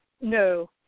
No